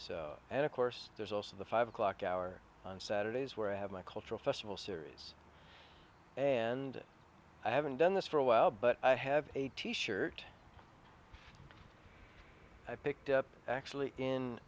hour and of course there's also the five o'clock hour on saturdays where i have my cultural festival series and i haven't done this for a while but i have a t shirt i picked up actually in